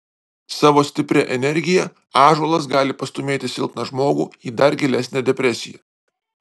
savo stipria energija ąžuolas gali pastūmėti silpną žmogų į dar gilesnę depresiją